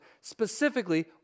specifically